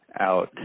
out